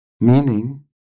Meaning